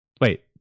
Wait